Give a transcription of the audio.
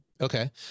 Okay